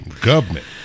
Government